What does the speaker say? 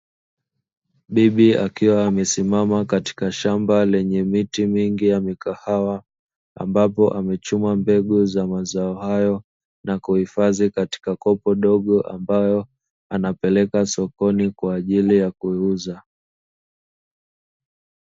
Bibi akiwa amesimama katika shamba lenye miti mingi ya mikahawa ambapo amechuma mbegu za mazao hayo, na kuhifadhi katika kopo dogo ambayo anapeleka sokoni kwa ajili ya kuuza.